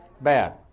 Bad